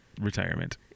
retirement